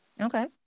Okay